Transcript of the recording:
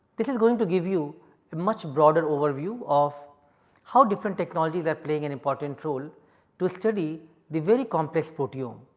this is going to give you a much broader overview of how different technologies are playing an important role to study the very complex proteome,